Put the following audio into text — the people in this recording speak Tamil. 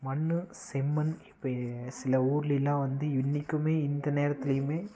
மண் செம்மண் இப்போ சில ஊர்லேலாம் வந்து இன்னிக்கும் இந்த நேரத்துலையும்